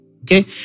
Okay